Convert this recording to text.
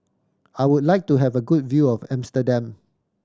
I would like to have a good view of Amsterdam